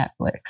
Netflix